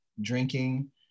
drinking